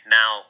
now